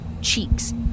cheeks